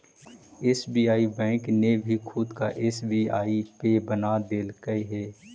SBI bank ने भी खुद का एस.बी.आई पे बना देलकइ हे